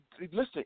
listen